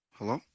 Hello